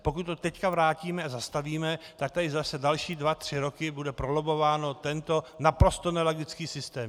Pokud to teď vrátíme a zastavíme, tak tady zase další dva tři roky bude prolobbován tento naprosto nelogický systém.